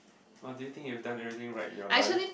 !woah! do you think you've done everything right in your life